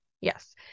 Yes